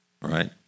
right